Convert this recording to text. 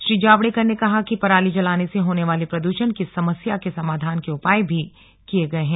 श्री जावड़ेकर ने कहा कि पराली जलाने से होने वाले प्रदूषण की समस्या के समाधान के उपाय भी किए गए हैं